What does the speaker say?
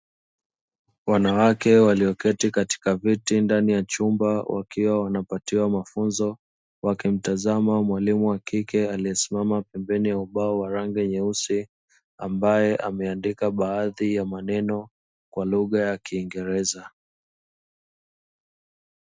Wanawake walioketi katika viti ndani ya chumba wakiwa wanapatiwa mafunzo wakimtazama mwalimu wa kike aliyesimama pembeni ya ubao wa rangi nyeusi ambaye ameandika baadhi ya maneno kwa lugha ya kingereza.